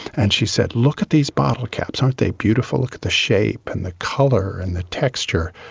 and she said, look at these bottle caps, aren't they beautiful, look at the shape and the colour and the texture.